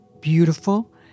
beautiful